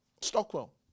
Stockwell